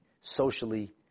socially